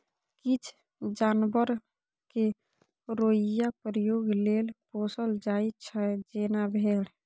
किछ जानबर केँ रोइयाँ प्रयोग लेल पोसल जाइ छै जेना भेड़